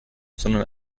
sondern